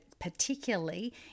particularly